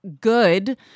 good